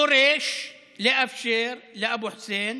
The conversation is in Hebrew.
דורש לאפשר לאבו חוסיין